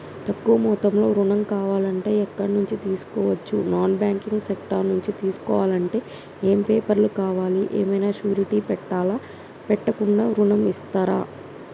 తక్కువ మొత్తంలో ఋణం కావాలి అంటే ఎక్కడి నుంచి తీసుకోవచ్చు? నాన్ బ్యాంకింగ్ సెక్టార్ నుంచి తీసుకోవాలంటే ఏమి పేపర్ లు కావాలి? ఏమన్నా షూరిటీ పెట్టాలా? పెట్టకుండా ఋణం ఇస్తరా?